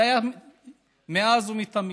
זה היה מאז ומתמיד,